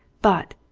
but,